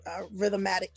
rhythmatic